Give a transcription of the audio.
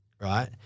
right